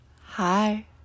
Hi